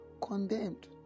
condemned